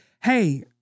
Hey